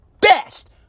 best